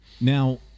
Now